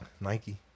Nike